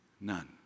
None